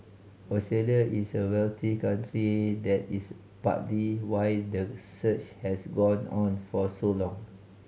Australia is a wealthy country that is partly why the search has gone on for so long